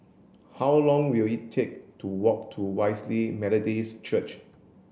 how long will it take to walk to Wesley Methodist Church